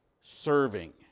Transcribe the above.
serving